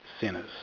sinners